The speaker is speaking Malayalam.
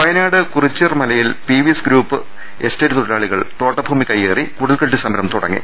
വയനാട് കുറിച്യർ മലയിൽ പീവീസ് ഗ്രൂപ്പ് എസ്റ്റേറ്റ് തൊഴിലാളി കൾ തോട്ടഭൂമി കയ്യേറി കുടിൽകെട്ടി സമരം തുടങ്ങി